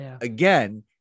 again